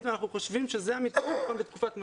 ואנחנו חושבים שזה המתווה הנכון בתקופת משבר,